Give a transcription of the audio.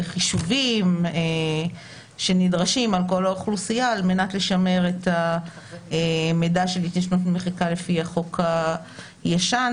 חישובים שנדרשים על כל האוכלוסייה על-מנת לשמר את המידע לפי החוק הישן,